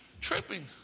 tripping